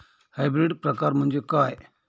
Hybrid प्रकार म्हणजे काय?